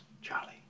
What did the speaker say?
Charlie